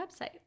website